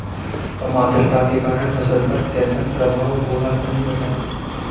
कम आद्रता के कारण फसल पर कैसन प्रभाव होला तनी बताई?